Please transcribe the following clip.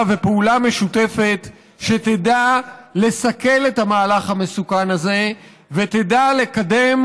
ופעולה משותפת שתדע לסכל את המהלך המסוכן הזה ותדע לקדם,